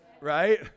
Right